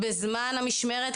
האם בזמן המשמרת,